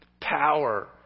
Power